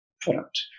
product